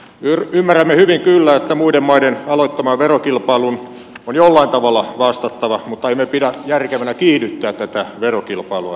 ymmärrämme hyvin kyllä että muiden maiden aloittamaan verokilpailuun on jollain tavalla vastattava mutta emme pidä järkevänä kiihdyttää tätä verokilpailua entisestään